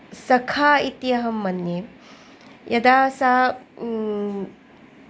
सखा इति अहं मन्ये यदा सः